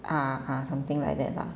ah ah ah something like that lah